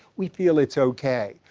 we feel it's okay.